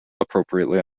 appropriately